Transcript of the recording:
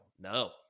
no